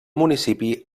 municipi